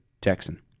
Texan